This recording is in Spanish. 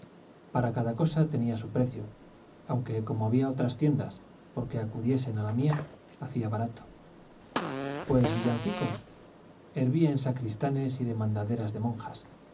para cada cosa tenía su precio aunque como había otras tiendas porque acudiesen a la mía hacía barato pues villancicos hervía en sacristanes y demandaderas de monjas